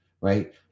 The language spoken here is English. right